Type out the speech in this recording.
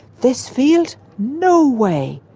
this field? no way!